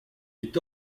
est